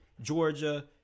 Georgia